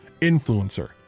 Influencer